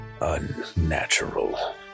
unnatural